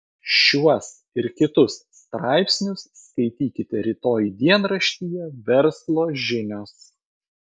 šiuos ir kitus straipsnius skaitykite rytoj dienraštyje verslo žinios